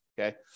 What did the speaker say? Okay